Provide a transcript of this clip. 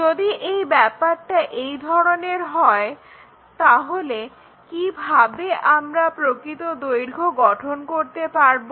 যদি এই ব্যাপারটা এই ধরনের হয় তাহলে কিভাবে আমরা প্রকৃত দৈর্ঘ্য গঠন করতে পারবো